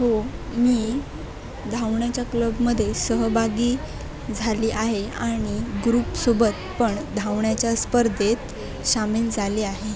हो मी धावण्याच्या क्लबमध्ये सहभागी झाली आहे आणि ग्रुपसोबत पण धावण्याच्या स्पर्धेत सामिल झाली आहे